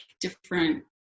different